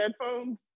headphones